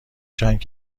چند